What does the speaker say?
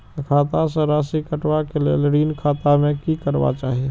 खाता स राशि कटवा कै लेल ऋण खाता में की करवा चाही?